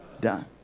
done